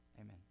Amen